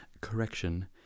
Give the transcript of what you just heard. Correction